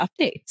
updates